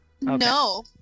No